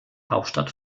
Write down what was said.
hauptstadt